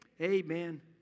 Amen